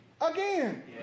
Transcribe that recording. again